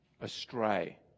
astray